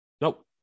nope